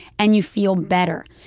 and you feel better.